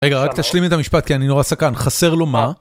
רגע רק תשלים את המשפט כי אני נורא סקרן, חסר לו מה?